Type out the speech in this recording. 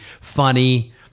Funny